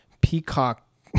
peacock